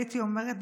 הייתי אומרת,